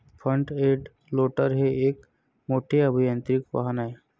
front end loader हे एक मोठे अभियांत्रिकी वाहन आहे